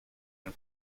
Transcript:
and